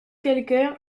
quelqu’un